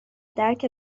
درک